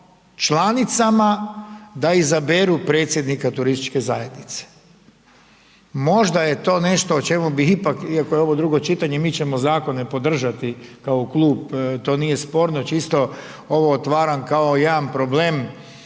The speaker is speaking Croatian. da izaberu predsjednika turističke zajednice. Možda je to nešto o čemu bih ipak, iako je ovo drugo čitanje, mi ćemo zakone podržati kao klub, to nije sporno, čisto ovo otvaram kao jedan problem